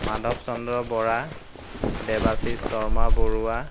Madhav Chandra Bora Debashish Sharma Barua